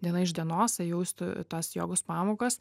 diena iš dienos ėjau į tas jogos pamokas